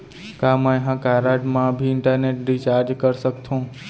का मैं ह कारड मा भी इंटरनेट रिचार्ज कर सकथो